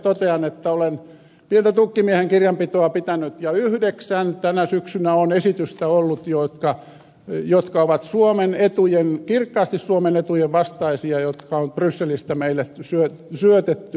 totean että olen pientä tukkimiehen kirjanpitoa pitänyt ja tänä syksynä on ollut yhdeksän esitystä jotka ovat kirkkaasti suomen etujen vastaisia ja jotka on brysselistä meille syötetty